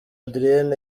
adrien